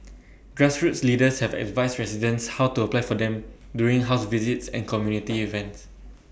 grassroots leaders have advised residents how to apply for them during house visits and community events